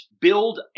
build